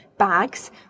bags